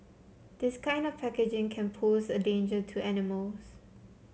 this kind of packaging can pose a danger to animals